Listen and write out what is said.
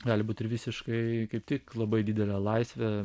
gali būti ir visiškai kaip tik labai didelė laisvė